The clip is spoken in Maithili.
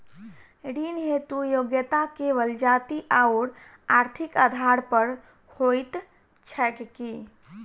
ऋण हेतु योग्यता केवल जाति आओर आर्थिक आधार पर होइत छैक की?